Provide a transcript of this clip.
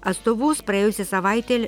atstovaus praėjusią savaitę